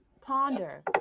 ponder